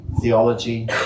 theology